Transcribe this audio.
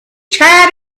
tried